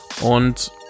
Und